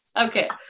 Okay